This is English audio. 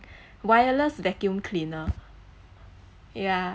wireless vacuum cleaner ya